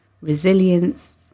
resilience